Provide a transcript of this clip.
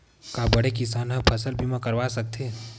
का बड़े किसान ह फसल बीमा करवा सकथे?